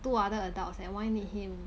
two other adults eh why need him